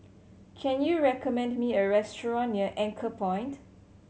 can you recommend me a restaurant near Anchorpoint